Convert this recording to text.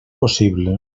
possible